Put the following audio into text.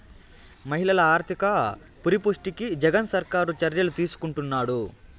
మహిళల ఆర్థిక పరిపుష్టికి జగన్ సర్కారు చర్యలు తీసుకుంటున్నది